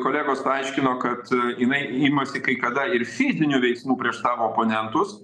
kolegos paaiškino kad jinai imasi kai kada ir fizinių veiksmų prieš savo oponentus